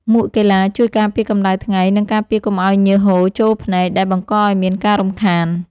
មួកកីឡាជួយការពារកម្ដៅថ្ងៃ និងការពារកុំឱ្យញើសហូរចូលភ្នែកដែលបង្កឱ្យមានការរំខាន។